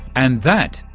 and that,